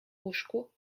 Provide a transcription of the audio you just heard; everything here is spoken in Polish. łóżku